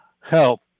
Help